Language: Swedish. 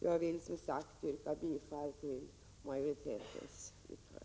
Jag vill yrka bifall till utskottets förslag.